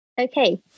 okay